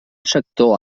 sector